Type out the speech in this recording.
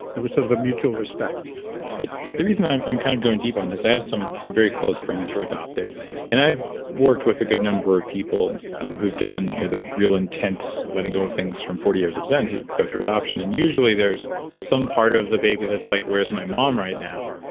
it was sort of a mutual respect the reason i'm i'm kind of going deep on this, i have some some very close friends who are adopted and i've worked with a good number of people who've done you know real intense letting go of things from forty years of zen who go through adoption and usually there's some part of the baby that's like, where's my mom right now.